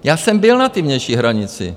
Já jsem byl na té vnější hranici.